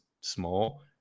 small